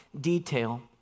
detail